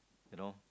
you know